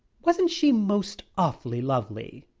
wasn't she most awfully lovely?